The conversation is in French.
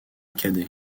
kadai